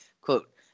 quote